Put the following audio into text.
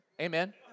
Amen